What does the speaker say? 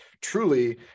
truly